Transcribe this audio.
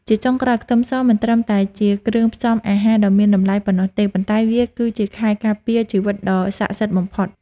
ជាចុងក្រោយខ្ទឹមសមិនត្រឹមតែជាគ្រឿងផ្សំអាហារដ៏មានតម្លៃប៉ុណ្ណោះទេប៉ុន្តែវាគឺជាខែលការពារជីវិតដ៏ស័ក្តិសិទ្ធិបំផុត។